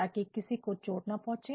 ताकि किसी को चोट न पहुंचे